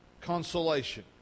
consolation